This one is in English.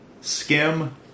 skim